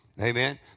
Amen